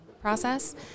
process